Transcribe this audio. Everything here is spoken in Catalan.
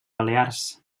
balears